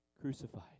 crucified